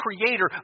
Creator